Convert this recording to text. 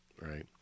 right